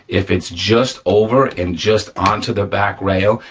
if it's just over and just onto the back rail,